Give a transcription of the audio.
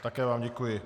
Také vám děkuji.